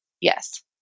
Yes